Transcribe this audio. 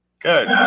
Good